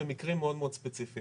במקרים מאוד מאוד ספציפיים